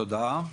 תודה.